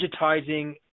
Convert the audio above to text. digitizing